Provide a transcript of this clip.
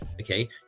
okay